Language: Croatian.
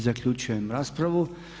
zaključujem raspravu.